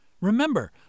Remember